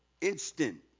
instant